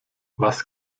was